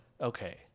Okay